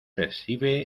flexible